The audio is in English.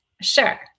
Sure